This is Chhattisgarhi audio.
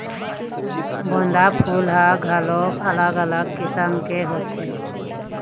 गोंदा फूल ह घलोक अलग अलग किसम के होथे